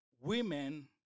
Women